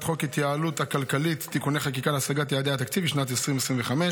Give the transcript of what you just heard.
חוק ההתייעלות הכלכלית (תיקוני חקיקה להשגת יעדי התקציב לשנת 2025)